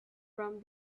from